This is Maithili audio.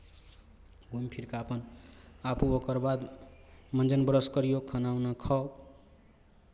घुमि फिरि कऽ अपन आबू ओकर बाद मञ्जन ब्रश करिऔ खाना उना खाउ